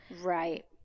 Right